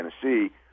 tennessee